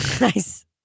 Nice